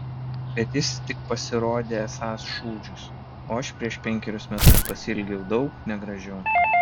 bet jis tik pasirodė esąs šūdžius o aš prieš penkerius metus pasielgiau daug negražiau